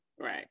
Right